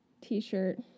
t-shirt